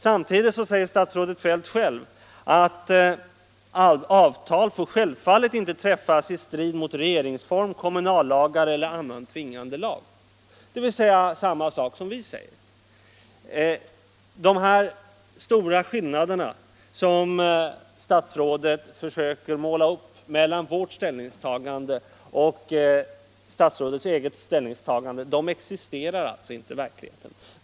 Samtidigt säger statsrådet Feldt själv att avtal givetvis inte får träffas mot vad som stadgas i regeringsform, kommunallagar eller annan tvingande lag, dvs. samma sak som vi säger. De här stora skillnaderna som statsrådet försöker måla upp mellan vårt ställningstagande och statsrådets eget existerar inte i verkligheten.